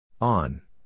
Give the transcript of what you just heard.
On